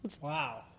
Wow